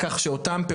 תראו גם אותם,